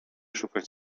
szukać